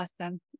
Awesome